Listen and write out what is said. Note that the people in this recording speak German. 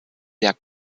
der